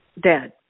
dead